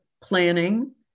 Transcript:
planning